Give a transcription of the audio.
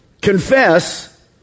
confess